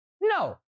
No